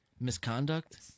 Misconduct